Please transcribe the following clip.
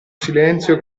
silenzio